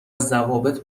ضوابط